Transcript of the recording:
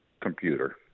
computer